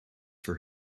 for